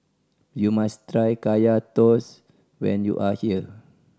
you must try Kaya Toast when you are here